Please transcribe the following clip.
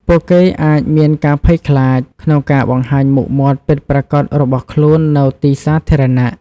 ពួកគេអាចមានការភ័យខ្លាចក្នុងការបង្ហាញមុខមាត់ពិតប្រាកដរបស់ខ្លួននៅទីសាធារណៈ។